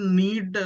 need